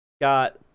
got